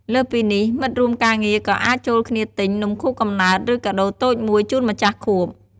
លើសពីនេះ មិត្តរួមការងារក៏អាចចូលគ្នាទិញ នំខួបកំណើត ឬ កាដូរតូចមួយ ជូនម្ចាស់ខួប។